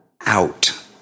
out